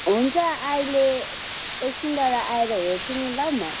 हुन्छ अहिले एकछिनबाट आएर हेर्छु नि ल म